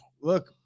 look